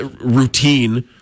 routine